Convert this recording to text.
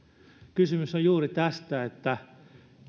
kysymys on juuri tästä muistan että